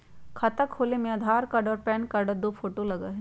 खाता खोले में आधार कार्ड और पेन कार्ड और दो फोटो लगहई?